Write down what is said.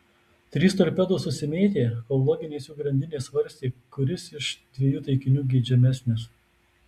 trys torpedos susimėtė kol loginės jų grandinės svarstė kuris iš dviejų taikinių geidžiamesnis